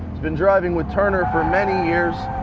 he's been driving with turner for many years.